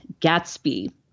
Gatsby